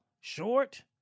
short